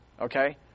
Okay